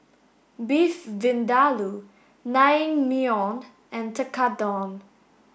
Beef Vindaloo Naengmyeon and Tekkadon